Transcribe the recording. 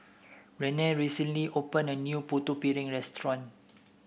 Renae recently opened a new Putu Piring Restaurant